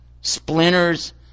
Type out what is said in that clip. splinters